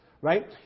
right